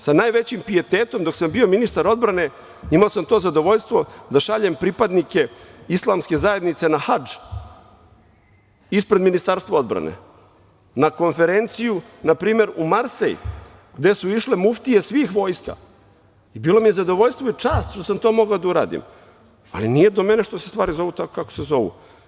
Sa najvećem pijetetom dok sam bio ministar odbrane imao sam to zadovoljstvo da šaljem pripadnike Islamske zajednice na hadž ispred Ministarstva odbrane, na konferenciju, na primer, u Marsej, gde su išle muftije svih vojska i bilo mi je zadovoljstvo i čast što sam to mogao da uradim, ali nije do mene što se stvari zovu tako kako se zovu.